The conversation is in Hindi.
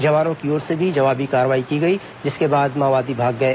जवानों की ओर से भी जवाबी कार्रवाई गई जिसके बाद माओवादी भाग गए